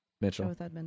Mitchell